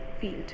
field